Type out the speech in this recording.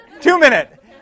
Two-minute